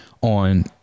on